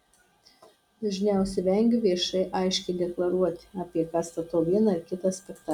dažniausiai vengiu viešai aiškiai deklaruoti apie ką statau vieną ar kitą spektaklį